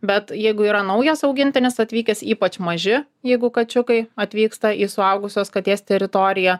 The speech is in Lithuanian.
bet jeigu yra naujas augintinis atvykęs ypač maži jeigu kačiukai atvyksta į suaugusios katės teritoriją